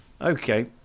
Okay